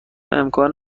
امکان